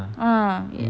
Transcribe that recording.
ya